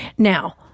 Now